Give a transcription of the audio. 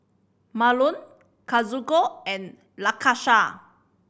Marlon Kazuko and Lakesha